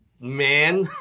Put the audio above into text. man